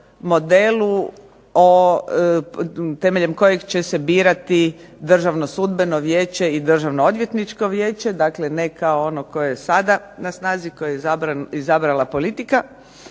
modelu temeljem kojeg će se birati Državno sudbeno vijeće i Državno odvjetničko vijeća. Dakle, ne kao ono koje je sada na snazi, koje je izabrala politika